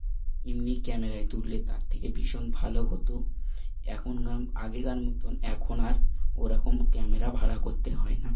এমনি ক্যামেরায় তুললে তার থেকে ভীষণ ভালো হতো এখনকার আগেকার মতন এখন আর ওরকম ক্যামেরা ভাড়া করতে হয় না